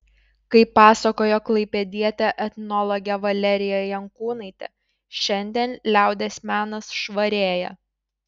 kaip pasakojo klaipėdietė etnologė valerija jankūnaitė šiandien liaudies menas švarėja